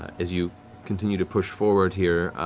as you continue to push forward here,